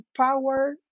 power